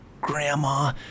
Grandma